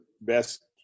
best